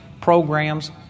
programs